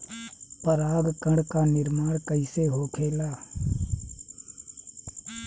पराग कण क निर्माण कइसे होखेला?